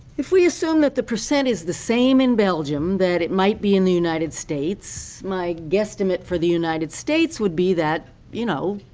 if we assume that the percent is the same in belgium that it might be in the united states, my guesstimate for the united states would be that, you know,